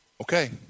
okay